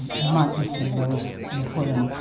mud is the most important